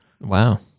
Wow